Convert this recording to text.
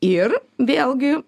ir vėlgi